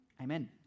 amen